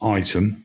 item